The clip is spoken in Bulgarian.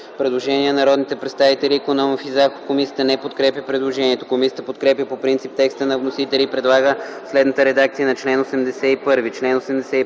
Предложение от народните представители Икономов и Захов. Комисията не подкрепя предложението. Комисията подкрепя по принцип текста на вносителя и предлага следната редакция на чл. 81: